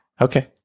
okay